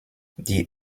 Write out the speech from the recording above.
die